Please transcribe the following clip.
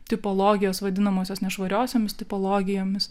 tipologijos vadinamosios nešvariausiomis tipologijomis